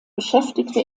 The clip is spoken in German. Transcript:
beschäftigte